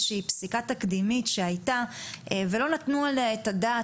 שהיא פסיקה תקדימית שהייתה ולא נתנו עליה את הדעת